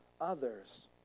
others